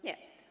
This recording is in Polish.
Nie.